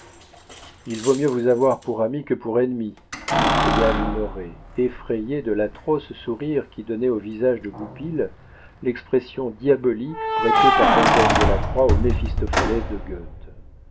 il vaut mieux vous avoir pour ami que pour ennemi s'écria minoret effrayé de l'atroce sourire qui donnait au visage de goupil l'expression diabolique prêtée par eugène delacroix au méphistophélès de gœthe